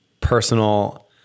personal